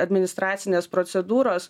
administracinės procedūros